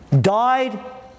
died